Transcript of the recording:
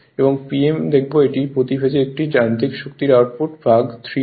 এবং Pm দেখব এটি প্রতি ফেজ একটি যান্ত্রিক শক্তি আউটপুট ভাগ 3 হয়